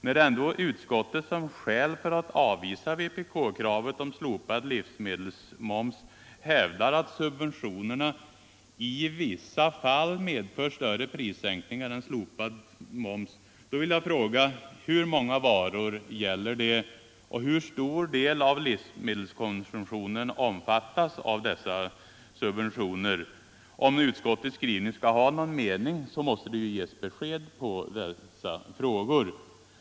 När utskottet som skäl för att avvisa vpk-kravet om slopad livsmedelsmoms hävdar att subventionerna i vissa fall medför större sänkningar än slopad moms vill jag fråga herr Wärnberg: Hur många varor gäller det? Hur stor del av livsmedelskonsumtionen omfattas av dessa subventioner? Om utskottets skrivning skall ha någon mening måste det ges besked på dessa frågor.